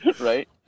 Right